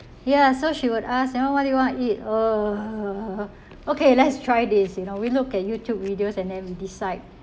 ya so she would ask you know what do you want to eat uh okay let's try this you know we look at youtube videos and then we decide